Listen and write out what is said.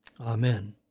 Amen